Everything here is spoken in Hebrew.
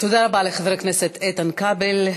תודה רבה לחבר הכנסת איתן כבל.